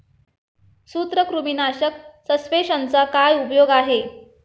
सूत्रकृमीनाशक सस्पेंशनचा काय उपयोग आहे?